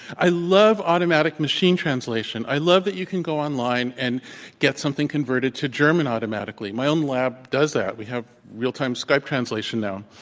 i love automatic machine translation. i love that you can go online and get something converted to german automatically. my own lab does that. we have real time skype translation now.